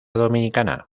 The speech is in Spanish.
dominicana